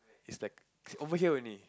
it's like it's over here only